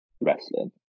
wrestling